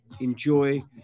enjoy